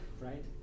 right